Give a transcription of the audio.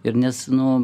ir nes nu